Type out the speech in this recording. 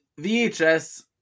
VHS